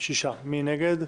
6 נגד,